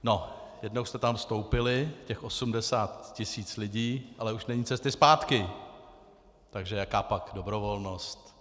No, jednou jste tam vstoupili, těch 80 tisíc lidí, ale už není cesty zpátky, takže jakápak dobrovolnost.